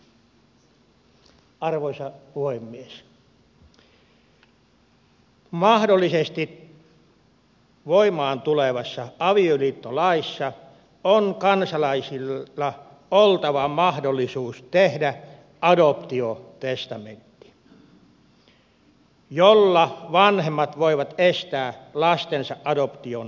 mahdollisesti voimaan tulevassa avioliittolaissa on kansalaisilla oltava mahdollisuus tehdä adoptiotestamentti jolla vanhemmat voivat estää lastensa adoption homopareille